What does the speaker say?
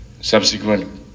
subsequent